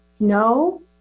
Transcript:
No